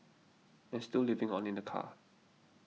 and still living on in the car